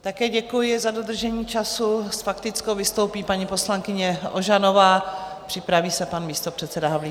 Také děkuji za dodržení času, s faktickou vystoupí paní poslankyně Ožanová, připraví se pan místopředseda Havlíček.